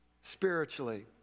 spiritually